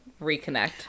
reconnect